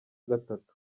gatatu